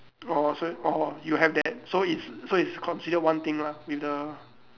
orh so orh you have that so it's so it's considered one thing lah with the